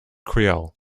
creole